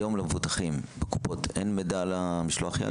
למבוטחים בקופות אין מידע על משלח-יד?